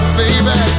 baby